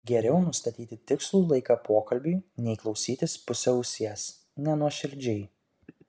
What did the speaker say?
geriau nustatyti tikslų laiką pokalbiui nei klausytis puse ausies nenuoširdžiai